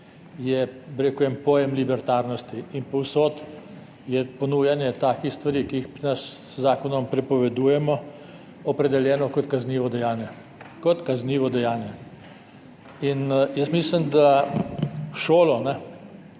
je, bi rekel, pojem libertarnosti. In povsod je ponujanje takih stvari, ki jih pri nas z zakonom prepovedujemo, opredeljeno kot kaznivo dejanje. Kot kaznivo dejanje. In jaz mislim, da v